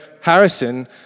Harrison